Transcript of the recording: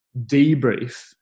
debrief